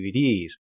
DVDs